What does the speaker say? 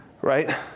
right